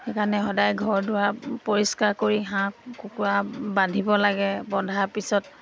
সেইকাৰণে সদায় ঘৰ দুৱাৰ পৰিষ্কাৰ কৰি হাঁহ কুকুৰা বান্ধিব লাগে বন্ধাৰ পিছত